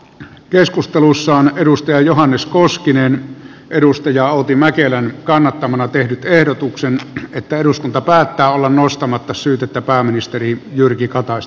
keskustelussa on johannes koskinen outi mäkelän kannattamana tehnyt ehdotuksen että eduskunta päättää olla nostamatta syytettä pääministeri jyrki kataisen